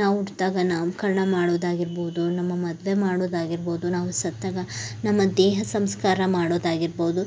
ನಾವು ಹುಟ್ದಾಗ ನಾಮಕರಣ ಮಾಡೋದಾಗಿರ್ಬೋದು ನಮ್ಮ ಮದುವೆ ಮಾಡೋದಾಗಿರ್ಬೋದು ನಾವು ಸತ್ತಾಗ ನಮ್ಮ ದೇಹ ಸಂಸ್ಕಾರ ಮಾಡೋದಾಗಿರ್ಬೋದು